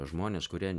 žmonės kurie